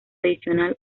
adicional